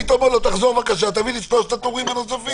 היית אומר לו לחזור ולהביא לך את שלושת הטורים הנוספים.